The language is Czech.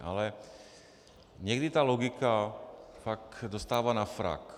Ale někdy ta logika fakt dostává na frak.